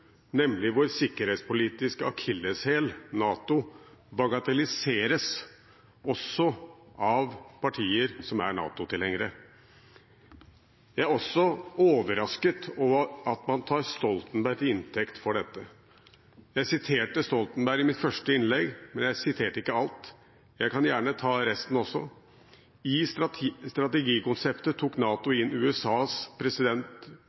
nemlig vår sikkerhetspolitiske akilleshæl, NATO, bagatelliseres også av partier som er NATO-tilhengere. Jeg er også overrasket over at man tar Stoltenberg til inntekt for dette. Jeg siterte Stoltenberg i mitt første innlegg, men jeg siterte ikke alt. Jeg kan gjerne ta resten også: «I strategikonseptet tok NATO inn USAs president